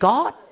God